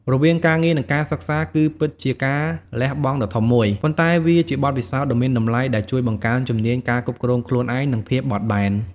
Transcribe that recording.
រវាងការងារ និងការសិក្សាគឺពិតជាការលះបង់ដ៏ធំមួយ ប៉ុន្តែវាជាបទពិសោធន៍ដ៏មានតម្លៃដែលជួយបង្កើនជំនាញការគ្រប់គ្រងខ្លួនឯង និងភាពបត់បែន។